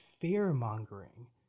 fear-mongering